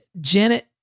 Janet